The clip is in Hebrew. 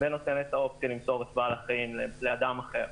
ונותן את האופציה למסור את בעל החיים לאדם אחר.